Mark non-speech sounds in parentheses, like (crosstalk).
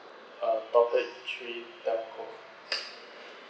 ah topic three telco (noise)